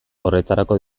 horretarako